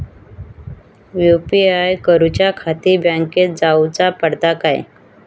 UPI करूच्याखाती बँकेत जाऊचा पडता काय?